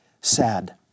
sad